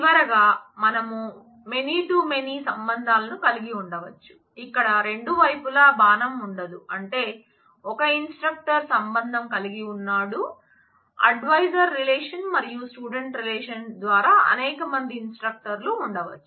చివరిగా మనం many to many relation ద్వారా అనేక మంది ఇన్స్ట్రక్టర్లు ఉండవచ్చు